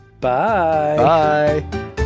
bye